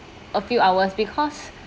a few hours because